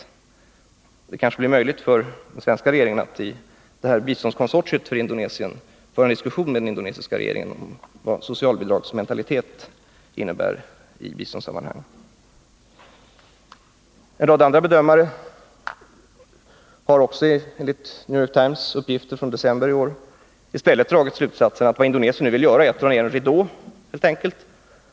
Det blir kanske möjligt för den svenska regeringen att i biståndskonsortiet för Indonesien föra en diskussion med den indonesiska regeringen om vad socialbidragsmentalitet innebär i biståndssammanhang. En rad andra bedömare har — också enligt New York Times uppgifter från december i år — i stället dragit slutsatsen att vad Indonesien nu vill göra är att dra ned en ridå helt enkelt.